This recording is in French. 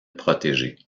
protégée